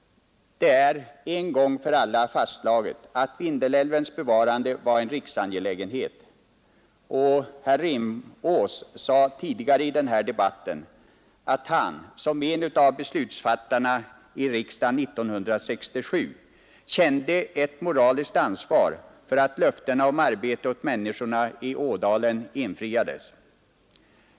Det är en gång för alla fastslaget att Vindelälvens bevarande var en riksangelägenhet. Herr Rimås sade tidigare i den här debatten att han, som en av beslutsfattarna i riksdagen 1967, kände ett moraliskt ansvar för att löftena om arbete åt människorna i ådalen infriades.